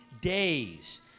days